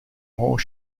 more